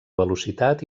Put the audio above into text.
velocitat